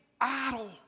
idol